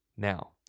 Now